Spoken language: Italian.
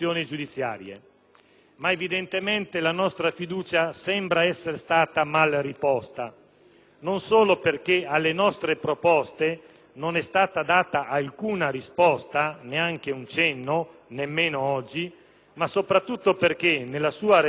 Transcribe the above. Ma, evidentemente la nostra fiducia sembra essere stata mal riposta: non solo perché alle nostre proposte non è stata data alcuna risposta, neanche un cenno, nemmeno oggi; ma soprattutto perché, nella sua relazione odierna,